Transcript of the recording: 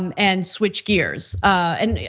um and switch gears and.